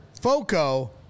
FOCO